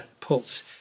pulse